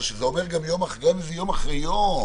הפוך, זה אומר גם אם זה יום אחרי יום.